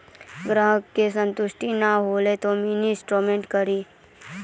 ग्राहक के संतुष्ट ने होयब ते मिनि स्टेटमेन कारी?